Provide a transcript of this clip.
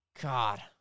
God